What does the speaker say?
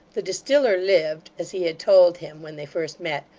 the distiller lived, as he had told him when they first met,